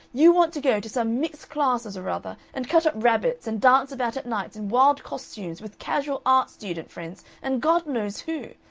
you want to go to some mixed classes or other and cut up rabbits and dance about at nights in wild costumes with casual art student friends and god knows who.